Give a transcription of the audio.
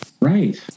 Right